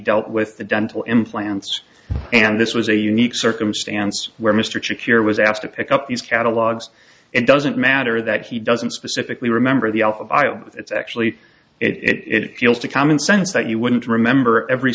dealt with the dental implants and this was a unique circumstance where mr to cure was asked to pick up these catalogs it doesn't matter that he doesn't specifically remember the alphabet it's actually it feels to common sense that you wouldn't remember every